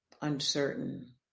uncertain